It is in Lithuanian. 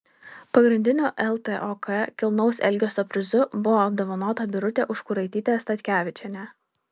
pagrindiniu ltok kilnaus elgesio prizu buvo apdovanota birutė užkuraitytė statkevičienė